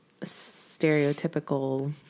stereotypical